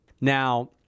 Now